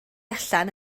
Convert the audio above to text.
allan